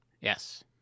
Yes